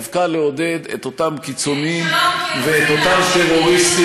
כדי דווקא לעודד את אותם קיצונים ואת אותם טרוריסטים,